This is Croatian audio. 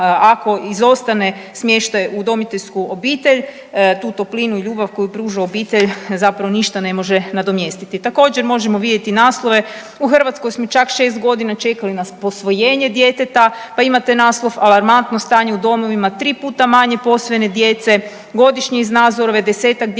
ako izostane smještaj u udomiteljsku obitelj, tu toplinu i ljubav koju pruža obitelj zapravo ništa ne može nadomjestiti. Također možemo vidjeti naslove u Hrvatskoj smo čak šest godina čekali na posvojenje djeteta, pa imate naslov alarmantno stanje u domovima, tri puta manje posvojenje djece, godišnje iz Nazorove desetak djece